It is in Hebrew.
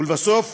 ולבסוף,